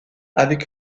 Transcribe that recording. avec